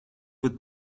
with